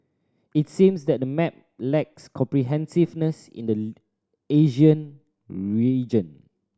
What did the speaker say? it seems that the map lacks comprehensiveness in the Asia region